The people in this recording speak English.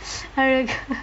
அழகா~:alagaa~